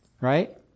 right